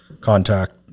contact